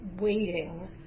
waiting